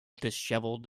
dishevelled